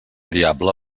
diable